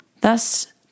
Thus